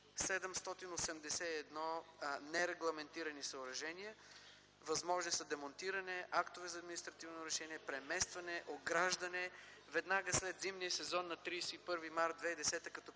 781 нерегламентирани съоръжения? Възможни са демонтиране, актове за административно решение, преместване, ограждане. Веднага след като приключи зимния сезон на 31 март 2010 г.